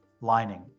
lining